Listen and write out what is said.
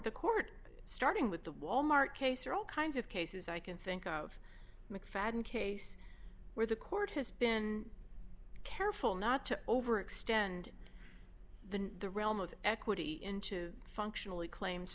the court starting with the wal mart case or all kinds of cases i can think of mcfadden case where the court has been careful not to over extend the the realm of equity into functionally claims